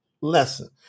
lesson